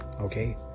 okay